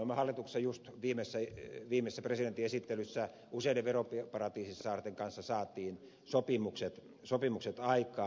me olemme hallituksessa juuri viimeisessä presidentin esittelyssä saaneet useiden veroparatiisisaarten kanssa sopimukset aikaan